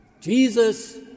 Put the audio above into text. Jesus